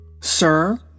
Sir